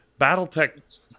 Battletech